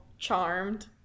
Charmed